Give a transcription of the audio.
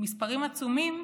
מספרים עצומים,